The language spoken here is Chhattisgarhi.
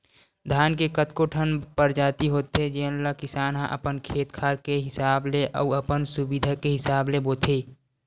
धान के कतको ठन परजाति होथे जेन ल किसान ह अपन खेत खार के हिसाब ले अउ अपन सुबिधा के हिसाब ले बोथे